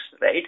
right